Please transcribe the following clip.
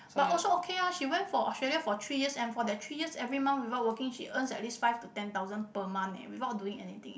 but also okay ah she went for Australia for three years and for that three years every month without working she earns at least five to ten thousand per month eh without doing anything